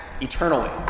eternally